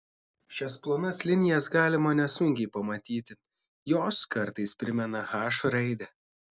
šias plonas linijas galima nesunkiai pamatyti jos kartais primena h raidę